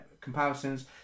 comparisons